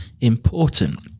important